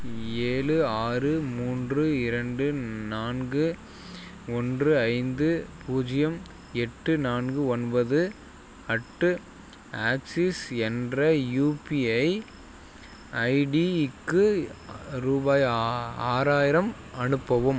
ஏழு ஆறு மூன்று இரண்டு நான்கு ஒன்று ஐந்து பூஜ்யம் எட்டு நான்கு ஒன்பது அட்டு ஆக்சிஸ் என்ற யூபிஐ ஐடிக்கு ரூபாய் ஆ ஆறாயிரம் அனுப்பவும்